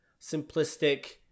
simplistic